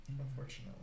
unfortunately